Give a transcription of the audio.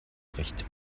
recht